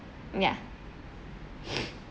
ya